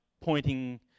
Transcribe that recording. pointing